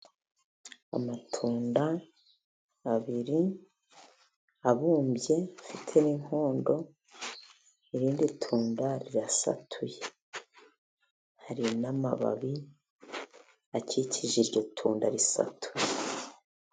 Amatunda abiri abumbye afite n'inkondo, irindi tunda rirasatuye, hari n'amababi akikije iryo tunda risatuye.